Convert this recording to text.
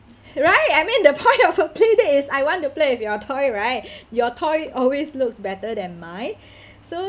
right I mean the point of a play date is I want to play with your toy right your toy always looks better than mine so